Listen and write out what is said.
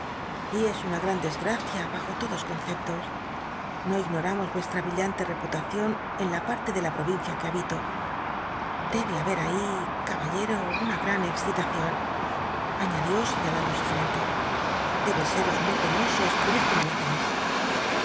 y es un l gran desgracia bajo lodos conceptos o ignoramos uestra brillanle rcpulacion en la partc de la provincia que habilo debe haber ahí caballcro una gran c xcilacion añadió sr íialando su frente debe scros muy penoso escribir como lo